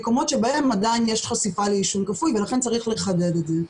מקומות בהם עדיין יש חשיפה לעישון כפוי ולכן צריך לחדד את זה.